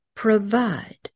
Provide